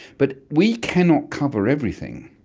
but we cannot cover everything.